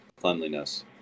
cleanliness